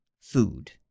food